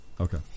Okay